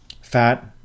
fat